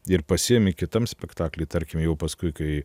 ir pasiėmi kitam spektakliui tarkim jau paskui kai